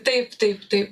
taip taip taip